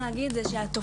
שלום.